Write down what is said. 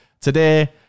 Today